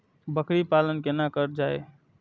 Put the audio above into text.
बकरी पालन केना कर जाय?